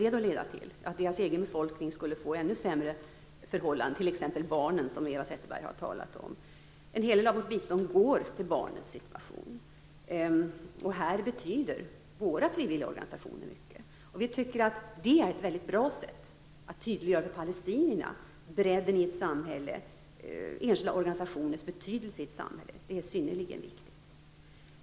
Det skulle leda till att deras egen befolkning skulle få ännu sämre förhållanden, t.ex. barnen, som Eva Zetterberg har talat om. En hel del av vårt bistånd går till förbättringar av barnens situation. Här betyder våra frivilligorganisationer väldigt mycket. Vi tycker att det är ett väldigt bra sätt att för palestinierna tydliggöra enskilda organisationers betydelse i ett samhälle. Det är synnerligen viktigt.